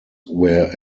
where